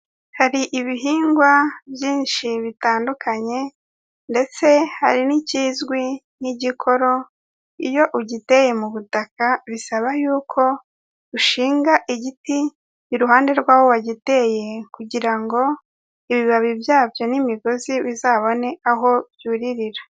Hari ibihingwa byinshi bitandukanye ndetse hari n'ikizwi nk'igikoro, iyo ugiteye mu butaka bisaba yuko ushinga igiti iruhande rw'aho wagiteye, kugira ngo ibibabi byabyo n'imigozi bizabone aho byuririra.